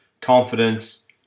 confidence